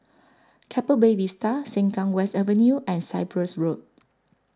Keppel Bay Vista Sengkang West Avenue and Cyprus Road